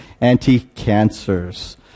anti-cancers